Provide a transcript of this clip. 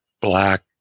black